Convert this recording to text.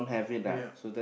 yup